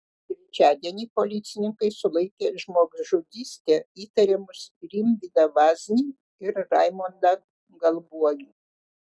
trečiadienį policininkai sulaikė žmogžudyste įtariamus rimvydą vaznį ir raimondą galbuogį